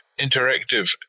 interactive